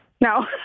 No